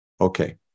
Okay